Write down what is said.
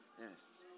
Yes